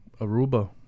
Aruba